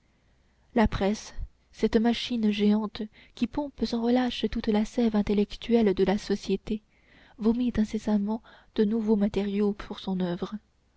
la presse cette machine géante qui pompe sans relâche toute la sève intellectuelle de la société vomit incessamment de nouveaux matériaux pour son oeuvre